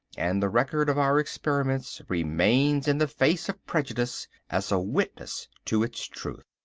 and the record of our experiments remains in the face of prejudice as a witness to its truth.